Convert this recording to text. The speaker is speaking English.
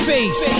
Face